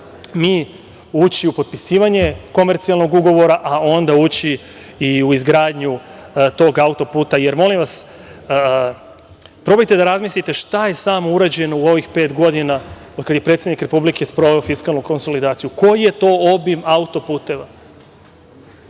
mi ući u potpisivanje komercijalnog ugovora, a onda ući i u izgradnju tog autoputa. Molim vas probajte da razmislite šta je samo urađeno u ovih pet godina od kada je predsednik Republike sproveo fiskalnu konsolidaciju. Koji je to obim autoputeva.